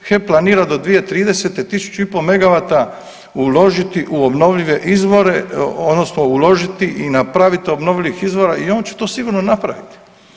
HEP planira do 2030. tisuću i pol megavata uložiti u obnovljive izvore, odnosno uložiti i napraviti obnovljivih izvora i on će to sigurno napraviti.